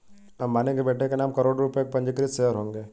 अंबानी के बेटे के नाम करोड़ों रुपए के पंजीकृत शेयर्स होंगे